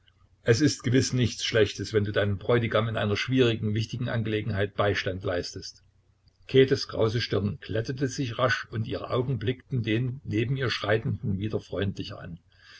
es ist gewiß nichts schlechtes wenn du deinem bräutigam in einer schwierigen wichtigen angelegenheit beistand leistest käthes krause stirn glättete sich rasch und ihre augen blickten den neben ihr schreitenden wieder freundlicher an